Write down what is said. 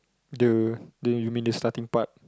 the the you mean the starting part